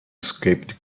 escaped